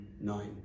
nine